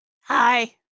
Hi